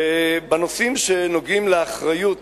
בנושאים שקשורים לאחריות